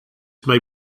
may